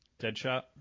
Deadshot